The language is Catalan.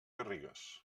garrigues